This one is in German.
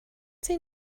sie